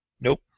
Nope